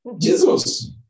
Jesus